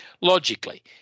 logically